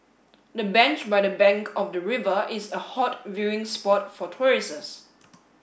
the bench by the bank of the river is a hot viewing spot for tourists